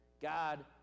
God